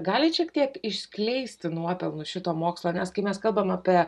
galit šiek tiek išskleisti nuopelnus šito mokslo nes kai mes kalbam apie